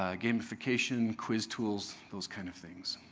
ah gamification, quiz tools, those kind of things.